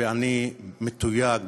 ואני מתויג